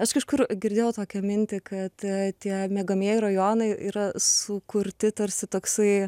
aš kažkur girdėjau tokią mintį kad tie miegamieji rajonai yra sukurti tarsi toksai